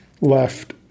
left